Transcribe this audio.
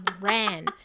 ran